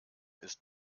ist